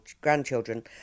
grandchildren